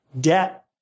Debt